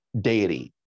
deity